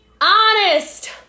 honest